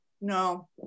No